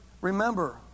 remember